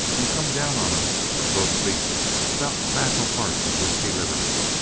and come down on us with both feet about tobacco hearts and whisky livers,